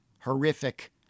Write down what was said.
horrific